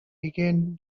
began